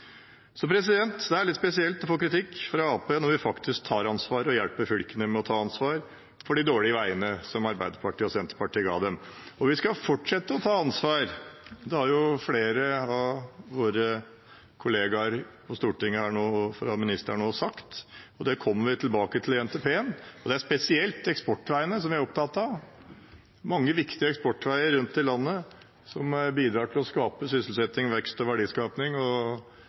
det er litt spesielt å få kritikk fra Arbeiderpartiet når vi faktisk tar ansvar og hjelper fylkene med å ta ansvar for de dårlige veiene som Arbeiderpartiet og Senterpartiet ga dem. Vi skal fortsette å ta ansvar. Det har flere av våre kolleger på Stortinget og også ministeren sagt. Det kommer vi tilbake til i NTP-en. Det er spesielt eksportveiene vi er opptatt av. Det er mange viktige eksportveier rundt i landet som bidrar til å skape sysselsetting, vekst og